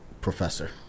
Professor